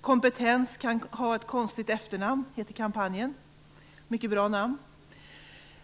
Kompetens kan ha ett konstigt efternamn, heter kampanjen - ett mycket bra namn.